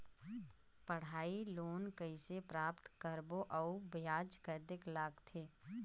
पढ़ाई लोन कइसे प्राप्त करबो अउ ब्याज कतेक लगथे?